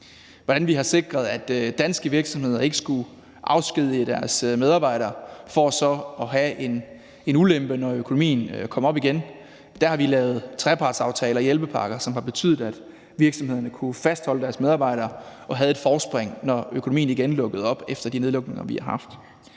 og at vi har sikret, at danske virksomheder ikke skulle afskedige deres medarbejdere for så at stå med en ulempe, når økonomien igen kom op. Der har vi lavet trepartsaftaler og hjælpepakker, som har betydet, at virksomhederne har kunnet fastholde deres medarbejdere og dermed havde et forspring, da økonomien igen lukkede op efter de nedlukninger, vi har haft.